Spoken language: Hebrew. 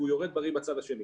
והוא יורד בריא בצד השני.